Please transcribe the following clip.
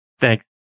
Thanks